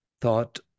thought